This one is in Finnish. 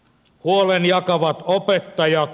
huolen jakavat opettajat